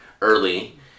early